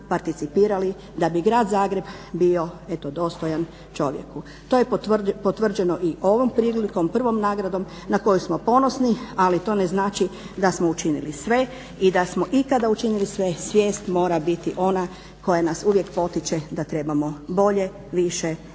da bi Grad Zagreb bio eto dostojan čovjeku. To je potvrđeno i ovom prilikom, 1. nagradom na koju smo ponosni, ali to ne znači da smo učinili sve i da smo ikada učinili sve svijest mora biti ona koja nas uvijek potiče da trebamo bolje, više